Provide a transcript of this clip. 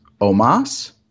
Omas